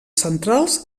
centrals